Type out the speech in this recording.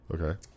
Okay